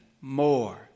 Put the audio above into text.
more